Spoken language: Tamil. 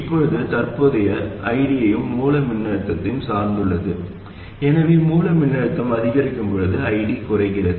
இப்போது தற்போதைய IDயும் மூல மின்னழுத்தத்தை சார்ந்துள்ளது எனவே மூல மின்னழுத்தம் அதிகரிக்கும் போது ID குறைகிறது